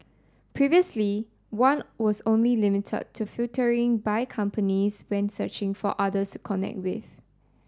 previously one was only limited to filtering by companies when searching for others to connect with